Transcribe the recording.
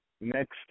next